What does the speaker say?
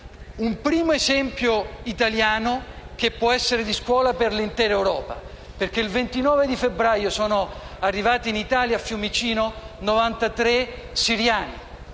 un primo esempio italiano che può essere di scuola per l'intera Europa. Il 29 febbraio sono arrivati in Italia, a Fiumicino, 93 siriani,